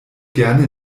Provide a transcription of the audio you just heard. gerne